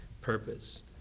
purpose